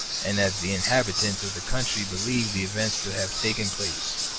and as the inhabitants of the country believe the events to have taken place.